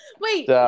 Wait